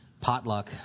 potluck